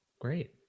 Great